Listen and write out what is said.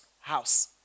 house